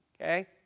Okay